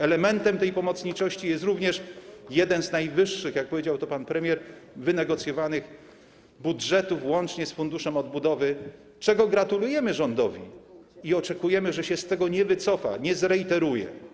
Elementem tej pomocniczości jest również jeden z najwyższych, jak powiedział pan premier, wynegocjowanych budżetów, łącznie z funduszem odbudowy, czego rządowi gratulujemy i oczekujemy, że się z tego nie wycofa, nie zrejteruje.